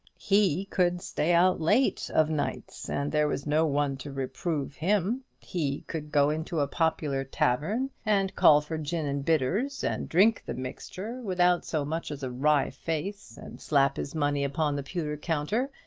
he could stay out late of nights, and there was no one to reprove him, he could go into a popular tavern, and call for gin-and-bitters, and drink the mixture without so much as a wry face, and slap his money upon the pewter counter,